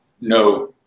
no